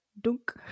dunk